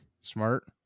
smart